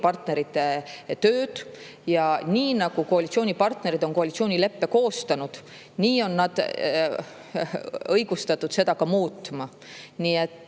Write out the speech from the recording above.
koalitsioonipartnerite tööd. Ja nii nagu koalitsioonipartnerid on koalitsioonileppe koostanud, nii on nad õigustatud seda ka muutma.